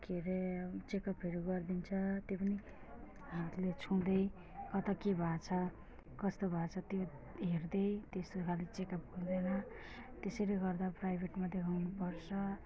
के अरे चेकअपहरू गरिदिन्छ त्यो पनि हातले छुँदै कता के भएको छ कस्तो भएको छ त्यो हेर्दै त्यस्तो खाले चेकअप गरेर त्यसैले गर्दा प्राइभेटमा देखाउनुपर्छ